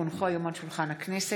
כי הונחו היום על שולחן הכנסת,